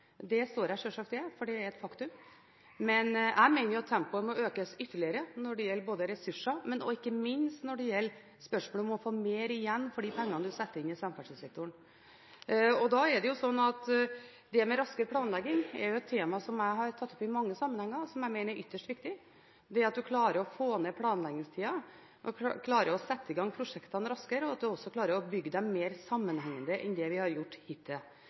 Det står jeg sjølsagt ved, for det er et faktum. Men jeg mener jo at tempoet må økes ytterligere når det gjelder ressurser og ikke minst når det gjelder spørsmålet om å få mer igjen for de pengene man setter inn i samferdselssektoren. Raskere planlegging er et tema jeg har tatt opp i mange sammenhenger, og som jeg mener er ytterst viktig. Det at man klarer å få ned planleggingstiden og klarer å sette i gang prosjektene raskere og å bygge dem mer sammenhengende enn det vi har gjort hittil,